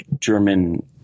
German